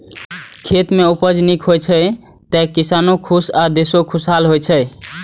खेत मे उपज नीक होइ छै, तो किसानो खुश आ देशो खुशहाल होइ छै